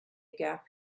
gap